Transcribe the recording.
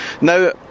Now